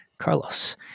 Carlos